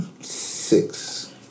six